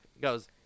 goes